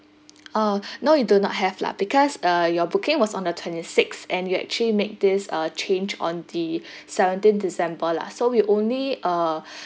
uh no you do not have lah because uh your booking was on the twenty sixth and you actually make this uh change on the seventeenth december lah so we only uh